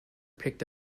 picked